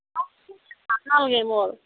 ভাল নালাগে মোৰ